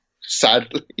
Sadly